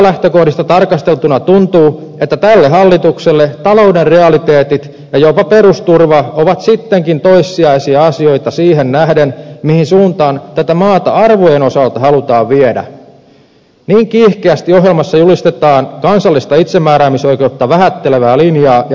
arvolähtökohdista tarkasteltuna tuntuu että tälle hallitukselle talouden realiteetit ja jopa perusturva ovat sittenkin toissijaisia asioita siihen nähden mihin suuntaan tätä maata arvojen osalta halutaan viedä niin kiihkeästi ohjelmassa julistetaan kansallista itsemääräämisoikeutta vähättelevää linjaa ja vapaamielisyyttä